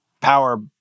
power